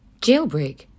Jailbreak